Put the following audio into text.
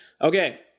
Okay